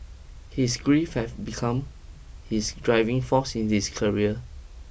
his grief have become his driving force in his career